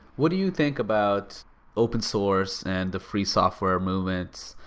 what do you think about open-source and the free software movements?